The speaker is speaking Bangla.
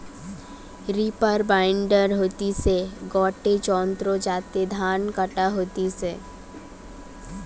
রিপার বাইন্ডার হতিছে গটে যন্ত্র যাতে ধান কাটা হতিছে